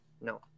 No